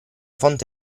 fonte